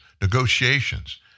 negotiations